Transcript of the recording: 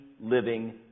living